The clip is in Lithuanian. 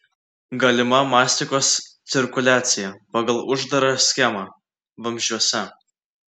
galima mastikos cirkuliacija pagal uždarą schemą vamzdžiuose